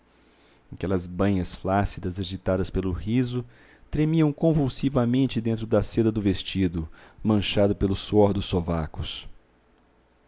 aquelas banhas flácidas agitadas pelo riso tremiam convulsivamente dentro da seda do vestido manchado pelo suor dos sovacos o